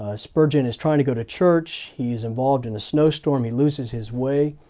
ah spurgeon is trying to go to church, he is involved in a snow storm, he loses his way,